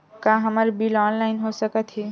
का हमर bill online हो सकत हे?